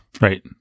Right